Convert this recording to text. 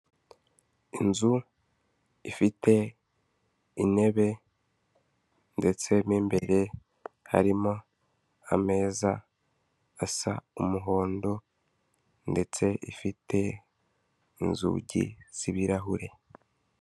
Inzu ifite intebe ndetse mo imbere harimo ameza asa umuhondo ndetse ifite inzugi z'ibirahure.